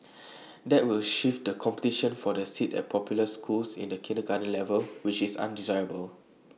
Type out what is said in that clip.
that will shift the competition for A seat at popular schools to the kindergarten level which is undesirable